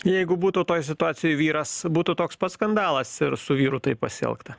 jeigu būtų toj situacijoj vyras būtų toks pats skandalas ir su vyru taip pasielgta